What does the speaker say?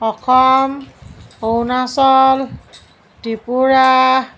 Assam Arunachal Tripura